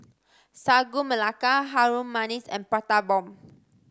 Sagu Melaka Harum Manis and Prata Bomb